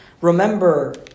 remember